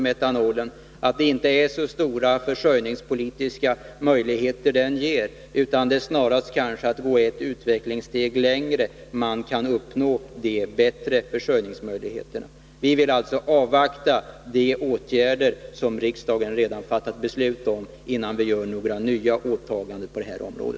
Den ger inte så stora försörjningspolitiska resultat, utan det är snarast genom att gå ett utvecklingssteg längre som man kan uppnå de bättre försörjningsmöjligheterna. Vi vill alltså avvakta de åtgärder som riksdagen redan har fattat beslut om, innan vi gör några nya åtaganden på detta område.